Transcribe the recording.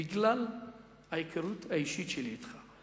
בגלל ההיכרות האישית שלי אתך,